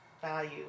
value